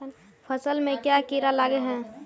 फसल में क्याँ कीड़ा लागे है?